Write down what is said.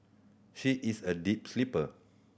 she is a deep sleeper